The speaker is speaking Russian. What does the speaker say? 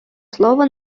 слово